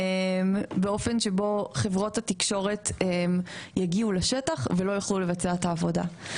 באופן שבו חברות התקשורת יגיעו לשטח ולא יוכלו לבצע את העבודה.